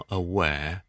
aware